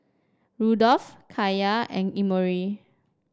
Rudolph Kaiya and Emory